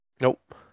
Nope